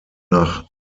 nach